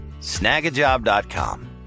Snagajob.com